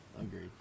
Agreed